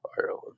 Ireland